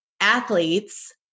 athletes